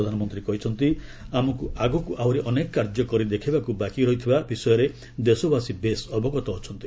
ପ୍ରଧାନମନ୍ତୀ କହିଛନ୍ତି ଆମକୁ ଆହୁରି ଅନେକ କାର୍ଯ୍ୟ କରି ଦେଖାଇବାକୁ ବାକି ରହିଥିବା ବିଷୟରେ ଦେଶବାସୀ ବେଶ୍ ଅବଗତ ଅଛନ୍ତି